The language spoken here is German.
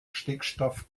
stickstoff